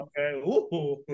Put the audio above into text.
Okay